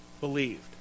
believed